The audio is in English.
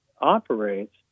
operates